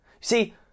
See